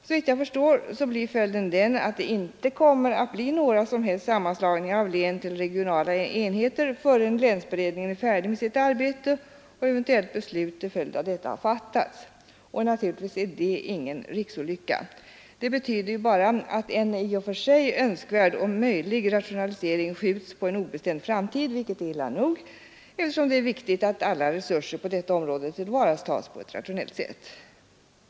Såvitt jag förstår, blir följden den att det inte kommer att ske några som helst sammanslagningar av län till regionala enheter förrän länsberedningen är färdig med sitt arbete och eventuellt beslut med anledning av detta har fattats. Naturligtvis är det ingen riksolycka. Det betyder att en i och för sig möjlig och önskvärd rationalisering skjuts på en obestämd framtid, vilket är illa nog, eftersom det är viktigt att alla resurser på detta område tillvaratas på ett rationellt sätt.